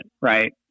right